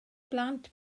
blant